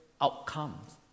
outcomes